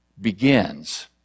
begins